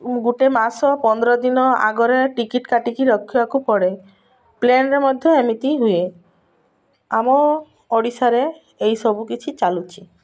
ଗୁଟେ ମାସ ପନ୍ଦର ଦିନ ଆଗରେ ଟିକେଟ୍ କାଟିକି ରଖିବାକୁ ପଡ଼େ ପ୍ଲେନ୍ରେ ମଧ୍ୟ ଏମିତି ହୁଏ ଆମ ଓଡ଼ିଶାରେ ଏଇସବୁ କିଛି ଚାଲୁଛି